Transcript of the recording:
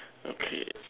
okay